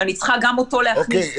ואני צריכה גם אותו להכניס ולהגיד -- אוקיי.